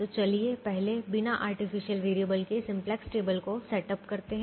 तो चलिए पहले बिना आर्टिफिशियल वैरिएबल के सिम्पलेक्स टेबल को सेटअप करते हैं